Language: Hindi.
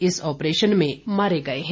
इस ऑपरेशन में मारे गए हैं